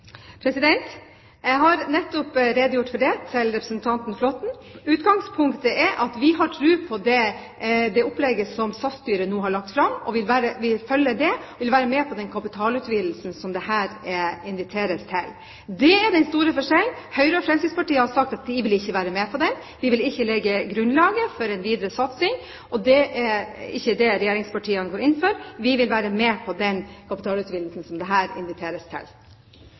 Jeg har nettopp redegjort for det til representanten Flåtten. Utgangspunktet er at vi har tro på det opplegget som SAS-styret nå har lagt fram. Vi følger det og vil være med på den kapitalutvidelsen som det her inviteres til. Det er den store forskjellen. Høyre og Fremskrittspartiet har sagt at de ikke vil være med på det. De vil ikke legge grunnlaget for en videre satsing, og det er ikke det regjeringspartiene går inn for. Vi vil være med på den kapitalutvidelsen som det her inviteres til. Replikkordskiftet er omme. Staten som eier må ha som hovedmål å bidra til